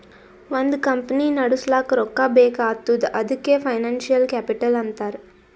ಒಂದ್ ಕಂಪನಿ ನಡುಸ್ಲಾಕ್ ರೊಕ್ಕಾ ಬೇಕ್ ಆತ್ತುದ್ ಅದಕೆ ಫೈನಾನ್ಸಿಯಲ್ ಕ್ಯಾಪಿಟಲ್ ಅಂತಾರ್